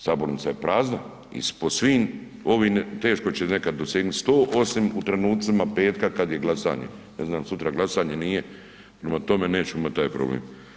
Sabornica je prazna i po svim ovim teško će nekad dosegnut 100 osim u trenucima petka kad je glasanje, ne znam jel sutra glasanje, nije, prema tome nećemo imati taj problem.